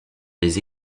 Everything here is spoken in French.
les